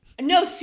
no